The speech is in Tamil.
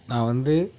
நான் வந்து